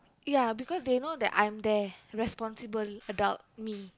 ya because they know that I'm there responsible adult me